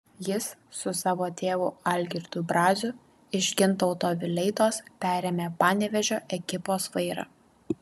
jis su savo tėvu algirdu braziu iš gintauto vileitos perėmė panevėžio ekipos vairą